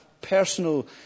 personal